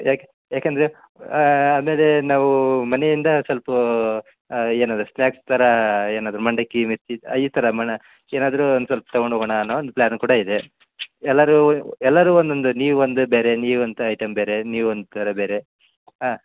ಯಾಕೆ ಯಾಕೆಂದ್ರೆ ಆಮೇಲೆ ನಾವು ಮನೆಯಿಂದ ಸ್ವಲ್ಪ ಏನು ಅದು ಸ್ನಾಕ್ಸ್ ಥರ ಏನು ಅದು ಮಂಡಕ್ಕಿ ಮಿರ್ಚಿ ಈ ಥರ ಮನೆ ಏನಾದರು ಒಂದು ಸ್ವಲ್ಪ ತಗೊಂಡು ಹೋಗೋಣ ಅನ್ನೋ ಒಂದು ಪ್ಲ್ಯಾನು ಕೂಡ ಇದೆ ಎಲ್ಲರು ಎಲ್ಲರು ಒಂದೊಂದು ನೀವು ಒಂದು ಬೇರೆ ನೀವು ಅಂತ ಐಟಮ್ ಬೇರೆ ನೀವು ಒಂಥರ ಬೇರೆ ಹಾಂ